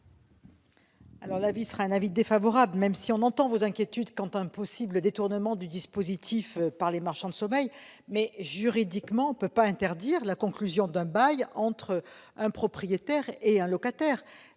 l'avis de la commission ? Nous entendons vos inquiétudes quant à un possible détournement du dispositif par les marchands de sommeil, mais, juridiquement, on ne peut interdire la conclusion d'un bail entre un propriétaire et un locataire.